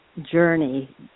journey